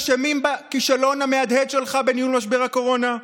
אשמים בכישלון המהדהד שלך בניהול משבר הקורונה?